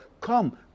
Come